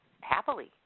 happily